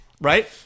Right